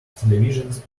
televisions